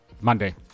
Monday